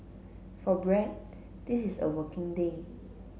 for Brad this is a working day